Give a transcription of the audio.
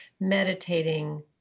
meditating